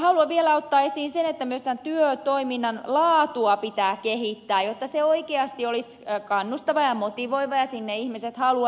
haluan vielä ottaa esiin sen että myös tämän työtoiminnan laatua pitää kehittää jotta se oikeasti olisi kannustava ja motivoiva ja sinne ihmiset haluaisivat siirtyä